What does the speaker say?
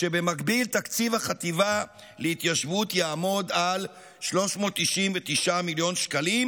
כשבמקביל תקציב החטיבה להתיישבות יעמוד על 399 מיליון שקלים,